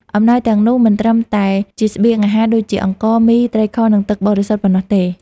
អំណោយទាំងនោះមិនត្រឹមតែជាស្បៀងអាហារដូចជាអង្ករ មី ត្រីខ និងទឹកបរិសុទ្ធប៉ុណ្ណោះទេ។